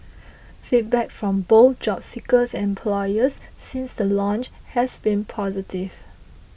feedback from both job seekers and employers since the launch has been positive